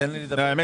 האמת